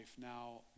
now